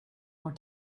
more